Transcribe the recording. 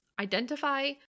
Identify